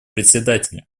председателя